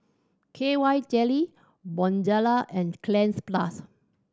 K Y Jelly Bonjela and Cleanz Plus